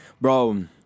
Bro